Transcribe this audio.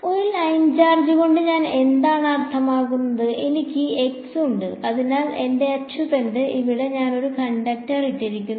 അതിനാൽ ഒരു line charge കൊണ്ട് ഞാൻ എന്താണ് അർത്ഥമാക്കുന്നത് എനിക്ക് x ഉണ്ട് ഇതാണ് എന്റെ അച്ചുതണ്ട് ഇവിടെ ഞാൻ ഒരു കണ്ടക്ടർ ഇട്ടിരിക്കുന്നു